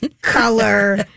color